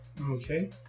Okay